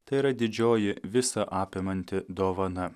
tai yra didžioji visa apimanti dovana